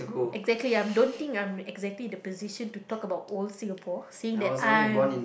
exactly I'm don't think I'm exactly the position to talk about old Singapore think that I'm